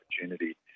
opportunity